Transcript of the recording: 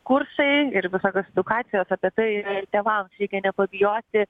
kursai ir visokios edukacijos apie tai tėvams reikia nepabijoti